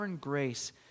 grace